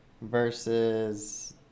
Versus